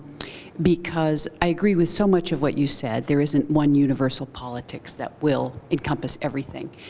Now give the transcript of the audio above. because i agree with so much of what you said. there isn't one universal politics that will encompass everything.